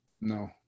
No